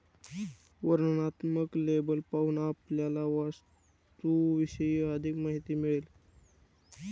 वर्णनात्मक लेबल पाहून आपल्याला वस्तूविषयी अधिक माहिती मिळेल